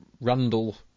Randall